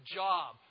job